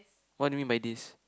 what do you mean by this